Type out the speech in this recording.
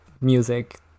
music